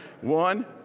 One